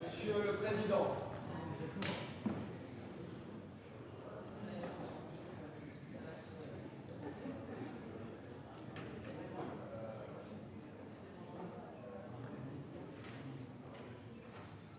Monsieur le président,